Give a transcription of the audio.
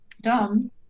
dumb